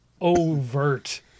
overt